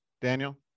Daniel